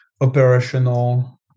operational